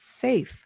safe